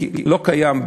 זה לא קיים,